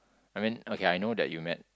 I meant okay I know that you met